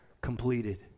completed